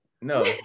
No